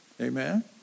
Amen